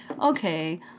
okay